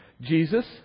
Jesus